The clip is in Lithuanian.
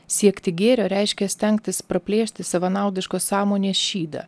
siekti gėrio reiškia stengtis praplėšti savanaudiškos sąmonės šydą